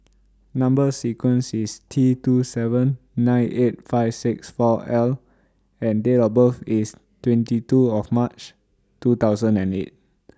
Number sequence IS T two seven nine eight five six four L and Date of birth IS twenty two of March two thousand and eight